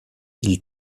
ils